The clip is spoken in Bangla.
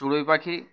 চুড়ই পাখি